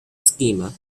schema